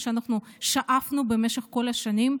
מה ששאפנו במשך כל השנים.